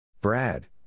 Brad